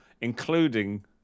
including